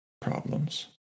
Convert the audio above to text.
problems